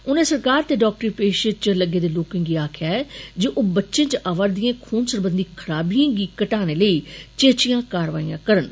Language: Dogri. उने सरकारे ते डॉक्टरी पेषे च लग्गे दे लोके गी आक्खेआ ऐ जे ओ बच्चे च आवै'रदियें खून सरबंधी खराबियें गी घटाने लेई चेचियां कारवाइयां करन